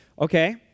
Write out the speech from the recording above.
Okay